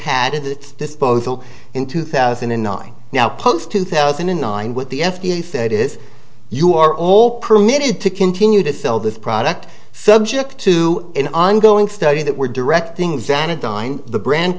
its disposal in two thousand and nine now post two thousand and nine what the f d a said is you are all permitted to continue to sell this product subject to an ongoing study that we're directing zana dine the brand